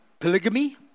polygamy